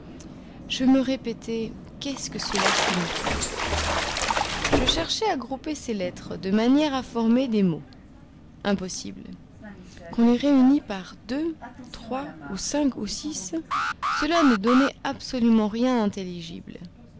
je me répétais qu'est-ce que cela signifie je cherchai à grouper ces lettres de manière à former des mots impossible qu'on les réunit par deux trois ou cinq ou six cela ne donnait absolument rien d'intelligible